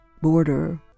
border